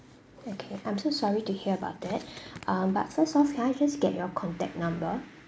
okay I'm so sorry to hear about that um but first off can I just get your contact number